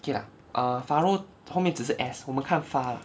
k lah err pharaoh 后面只是 S 我们看 far